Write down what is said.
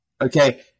okay